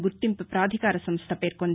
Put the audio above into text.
గుర్తింపు పాధికార సంస్థ పేర్కొంది